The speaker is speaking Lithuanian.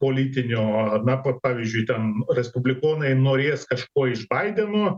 politinio na pavyzdžiui ten respublikonai norės kažko iš baideno